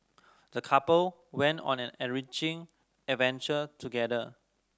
the couple went on an enriching adventure together